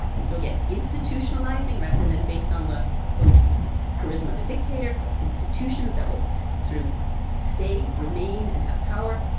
so again, institutionalizing rather than based on the the charisma of a dictator, but institutions that will sort of stay and remain and have power,